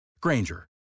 Granger